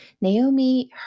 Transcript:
Naomi